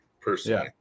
personally